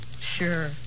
Sure